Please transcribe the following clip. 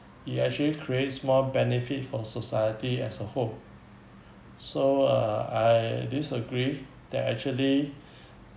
it actually creates more benefit for society as a whole so uh I disagree that actually